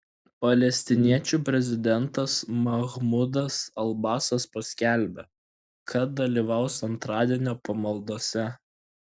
palestiniečių prezidentas mahmudas abasas paskelbė kad dalyvaus antradienio pamaldose